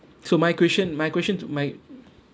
so my question my question my